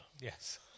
Yes